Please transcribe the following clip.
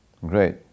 Great